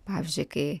pavyzdžiui kai